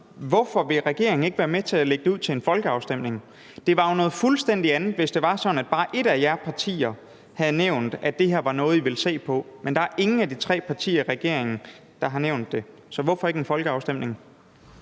Hvorfor vil regeringen ikke være med til at lægge det ud til en folkeafstemning? Det var jo noget fuldstændig andet, hvis det var sådan, at bare et af partierne havde nævnt, at det her var noget, man ville se på. Men der er ingen af de tre partier i regeringen, der har nævnt det. Så hvorfor skal det ikke ud til en folkeafstemning?